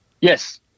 Yes